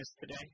today